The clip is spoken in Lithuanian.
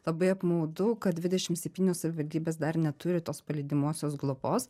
labai apmaudu kad dvidešim septynios savivaldybės dar neturi tos palydimosios globos